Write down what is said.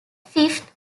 fifth